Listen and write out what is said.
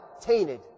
tainted